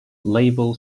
label